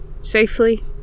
safely